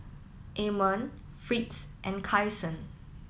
Amon Fritz and Kyson